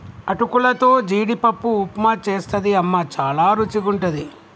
అటుకులతో జీడిపప్పు ఉప్మా చేస్తది అమ్మ చాల రుచిగుంటది